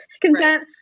consent